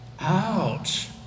Ouch